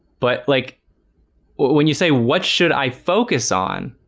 but like when you say what should i focus on?